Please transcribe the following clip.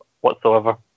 whatsoever